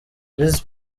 visi